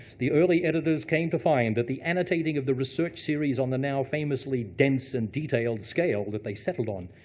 the early editors came to find that the annotating of the research series on the now famously dense and detailed scale that they settled on,